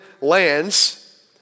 lands